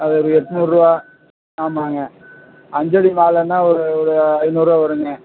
அது ஒரு எட்நூற்ருபா ஆமாங்க அஞ்சடி மாலைன்னா ஒரு ஒரு ஐநூறுருபா வருங்க